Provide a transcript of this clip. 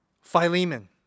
Philemon